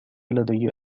لدي